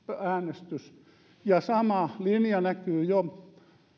äänestys sama linja näkyy jo